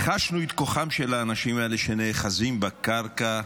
וחשנו את כוחם של האנשים האלה, שנאחזים בקרקע,